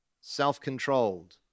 self-controlled